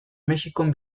mexikon